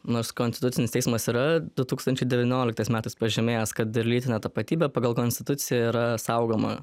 nors konstitucinis teismas yra du tūkstančiai devynioliktais metais pažymėjęs kad ir lytinė tapatybė pagal konstituciją yra saugoma